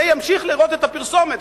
וימשיך לראות את הפרסומת,